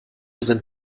sind